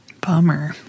Bummer